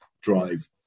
drive